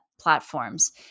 platforms